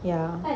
ya